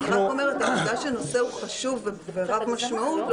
אני רק אומרת שהעובדה שנושא הוא חשוב ורב משמעות,